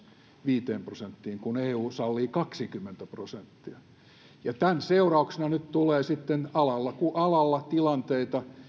viiteen prosenttiin kun eu sallii kaksikymmentä prosenttia tämän seurauksena nyt tulee alalla kuin alalla tilanteita